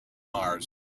mars